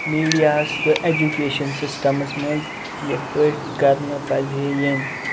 میٖڈیاہَس تہٕ اٮ۪جُکیشَن سِسٹَمَس منٛز یِتھ پٲٹھۍ کرنہٕ پَزِہے یِنۍ